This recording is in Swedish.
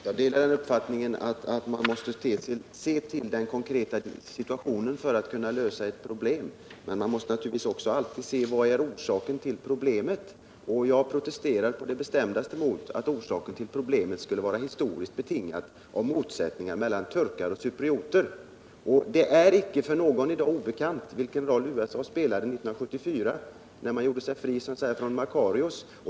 Herr talman! Jag delar uppfattningen att man måste se till den konkreta situationen för att kunna lösa ett problem. Men naturligtvis måste man alltid också se till vad som är orsaken till problemet. Jag protesterar på det bestämdaste mot att orsaken till problemen på Cypern skulle vara historiskt betingad av motsättningar mellan turkcyprioter och grekcyprioter. Det är icke för någon i dag obekant vilken roll USA spelade 1974, när man på Cypern gjorde sig fri från Makarios.